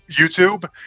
youtube